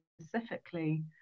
specifically